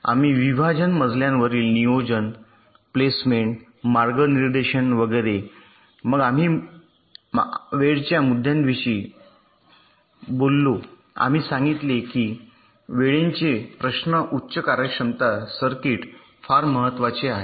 आम्ही विभाजन मजल्यावरील नियोजन प्लेसमेंट मार्गनिर्देशन वगैरे मग आम्ही वेळच्या मुद्द्यांविषयी बोललो आम्ही सांगितले की वेळेचे प्रश्न उच्च कार्यक्षमता सर्किट फार महत्वाचे आहेत